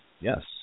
Yes